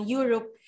Europe